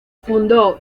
fundó